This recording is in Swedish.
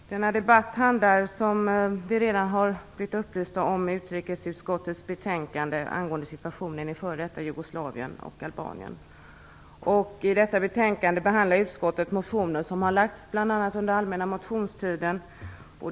Herr talman! Denna debatt gäller, som vi redan har blivit upplysta om, utrikesutskottets betänkande angående situationen i f.d. Jugoslavien och Albanien. I detta betänkande behandlar utskottet motioner och har väckts bl.a. under den allmänna motionstiden.